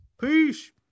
Peace